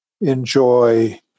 enjoy